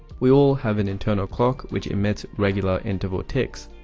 we all have an internal clock which emits regular interval ticks.